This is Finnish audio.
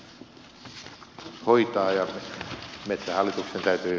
arvoisa herra puhemies